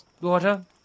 water